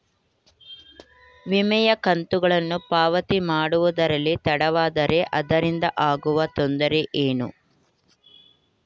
ವಿಮೆಯ ಕಂತುಗಳನ್ನು ಪಾವತಿ ಮಾಡುವುದರಲ್ಲಿ ತಡವಾದರೆ ಅದರಿಂದ ಆಗುವ ತೊಂದರೆ ಏನು?